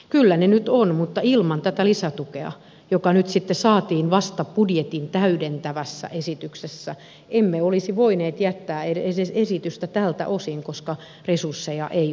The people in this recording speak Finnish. kyllä ne nyt on mutta ilman tätä lisätukea joka nyt saatiin vasta budjetin täydentävässä esityksessä emme olisi voineet jättää esitystä tältä osin koska resursseja ei olisi turvattu